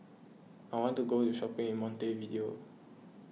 I want to go shopping in Montevideo